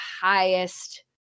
highest